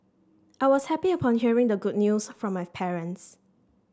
I was happy upon hearing the good news from my parents